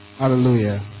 Hallelujah